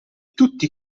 tutti